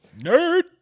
Nerd